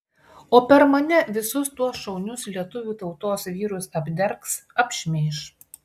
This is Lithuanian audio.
o per mane visus tuos šaunius lietuvių tautos vyrus apdergs apšmeiš